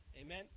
Amen